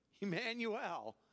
Emmanuel